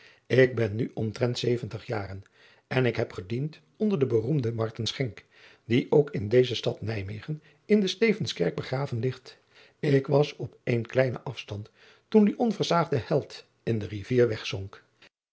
k ben nu omtrent zeventig jaren en ik heb gediend onder den beroemden die ook in deze stad ijmegen in de tevenskerk begraven ligt k was op een kleinen afstand toen die onversaagde held in de rivier wegzonk